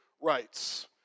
rights